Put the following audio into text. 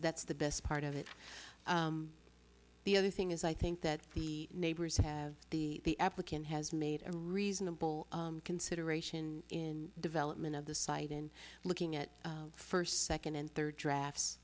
that's the best part of it the other thing is i think that the neighbors have the applicant has made a reasonable consideration in development of the site in looking at first second and third drafts